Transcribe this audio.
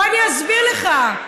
בוא אני אסביר לך.